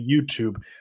YouTube